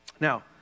Now